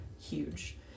huge